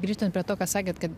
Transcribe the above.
grįžtant prie to ką sakėt kad